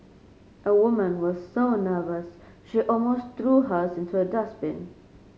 a woman was so nervous she almost threw hers into a dustbin